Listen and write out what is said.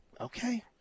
Okay